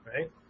right